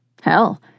hell